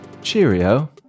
Cheerio